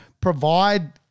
provide